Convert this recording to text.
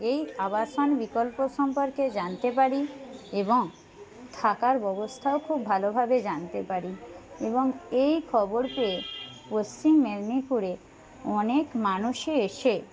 এই আবাসন বিকল্প সম্পর্কে জানতে পারি এবং থাকার ব্যবস্থাও খুব ভালোভাবে জানতে পারি এবং এই খবরকে পশ্চিম মেদিনীপুরে অনেক মানুষে এসে